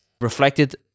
reflected